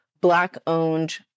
black-owned